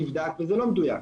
נבדק, וזה לא מדויק.